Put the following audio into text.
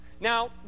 now